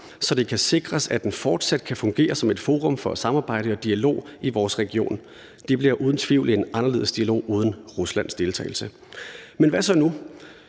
så det kan sikres, at den fortsat kan fungere som et forum for samarbejde og dialog i vores region. Det bliver uden tvivl en anderledes dialog uden Ruslands deltagelse. Men hvad så nu?